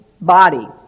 body